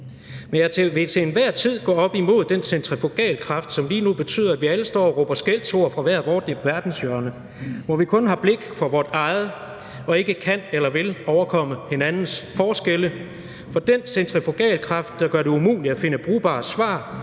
Men jeg vil til enhver tid gå op imod den centrifugalkraft, som lige nu betyder, at vi alle står og råber skældsord fra hver vort verdenshjørne, hvor vi kun har blik for vort eget og ikke kan eller vil overkomme hinandens forskelle, for den centrifugalkraft gør det umuligt at finde brugbare svar